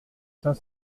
cinq